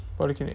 polyclinic